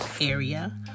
area